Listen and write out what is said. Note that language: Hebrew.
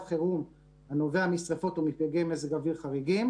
חירום הנובע משרפות או מפגעי מזג אוויר חריגים,